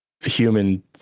human